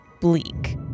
bleak